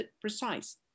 precise